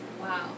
Wow